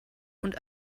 und